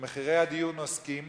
ומחירי הדיור נוסקים,